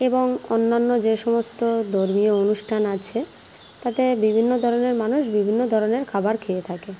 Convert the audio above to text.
এবং অন্যান্য যে সমস্ত ধর্মীয় অনুষ্ঠান আছে তাতে বিভিন্ন ধরনের মানুষ বিভিন্ন ধরনের খাবার খেয়ে থাকে